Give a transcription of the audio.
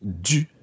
du